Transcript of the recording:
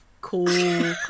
cool